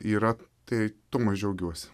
yra tai tuom aš džiaugiuosi